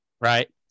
Right